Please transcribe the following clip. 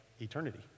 eternity